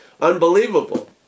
unbelievable